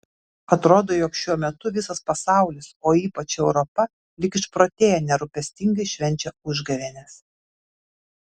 atrodo jog šiuo metu visas pasaulis o ypač europa lyg išprotėję nerūpestingai švenčia užgavėnes